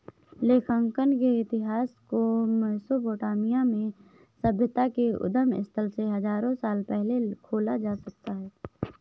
लेखांकन के इतिहास को मेसोपोटामिया में सभ्यता के उद्गम स्थल से हजारों साल पहले खोजा जा सकता हैं